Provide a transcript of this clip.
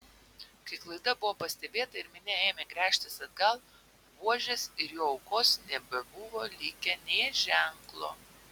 kai klaida buvo pastebėta ir minia ėmė gręžtis atgal buožės ir jo aukos nebebuvo likę nė ženklo